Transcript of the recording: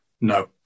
No